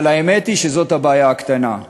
אבל האמת היא שזאת הבעיה הקטנה.